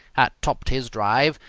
had topped his drive,